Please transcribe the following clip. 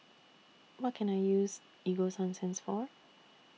What Can I use Ego Sunsense For